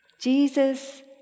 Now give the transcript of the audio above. Jesus